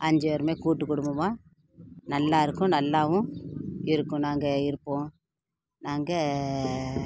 ஐஞ்சுப் பேரும் கூட்டு குடும்பமாக நல்லாருக்கும் நல்லாவும் இருக்கும் நாங்கள் இருப்போம் நாங்கள்